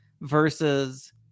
versus